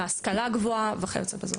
בהשכלה גבוהה וכיוצא בזאת.